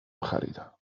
خریدم